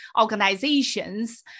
organizations